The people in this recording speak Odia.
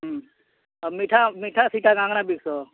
ଆଉ ମିଠା ମିଠା ଫିଟା କାଣା କାଣା ବିକ୍ସ